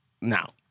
Now